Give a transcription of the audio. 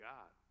God